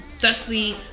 thusly